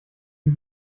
die